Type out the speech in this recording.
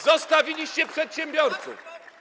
Zostawiliście przedsiębiorców.